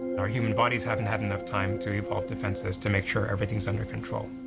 our human bodies haven't had enough time to evolve defenses to make sure everything's under control.